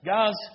Guys